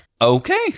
Okay